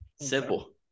Simple